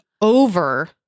over